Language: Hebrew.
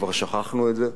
כבר שכחנו את זה,